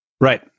Right